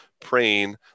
praying